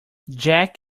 jack